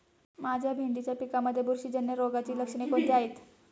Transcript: माझ्या भेंडीच्या पिकामध्ये बुरशीजन्य रोगाची लक्षणे कोणती आहेत?